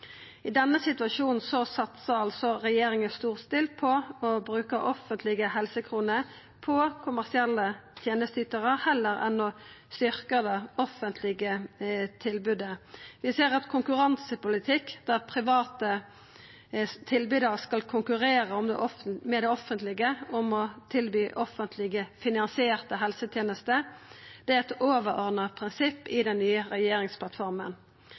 I denne situasjonen satsar altså regjeringa storstilt på å bruka offentlege helsekroner på kommersielle tenesteytarar heller enn å styrkja det offentlege tilbodet. Vi ser ein konkurransepolitikk der private tilbydarar skal konkurrera med det offentlege om å tilby offentleg finansierte helsetenester. Det er eit overordna prinsipp i den nye regjeringsplattforma.